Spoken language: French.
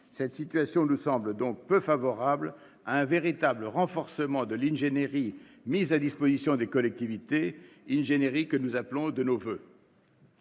cette situation nous semble peu favorable à un véritable renforcement de l'ingénierie mise à disposition des collectivités, ingénierie que nous appelons de nos voeux.